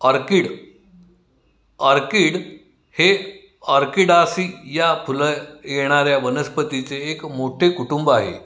orchid orchid हे Orchidaceae या फुलं येणाऱ्या वनस्पतीचे एक मोठे कुटुंब आहे